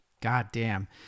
goddamn